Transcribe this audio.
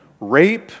rape